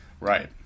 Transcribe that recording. Right